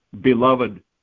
beloved